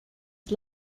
his